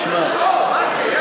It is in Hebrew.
הזמן שלך נגמר לפני עשר דקות.